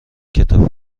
کتاب